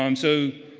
um so,